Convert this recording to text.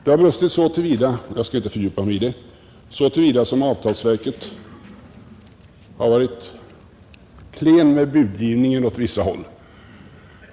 Det har brustit så till vida — jag skall inte fördjupa mig i det — som avtalsverket har varit klent med budgivningen åt vissa håll.